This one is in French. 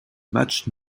match